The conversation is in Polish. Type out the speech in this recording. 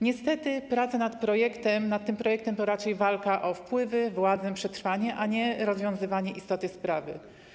Niestety praca nad tym projektem to raczej walka o wpływy, władzę, przetrwanie, a nie rozwiązywanie istoty sprawy.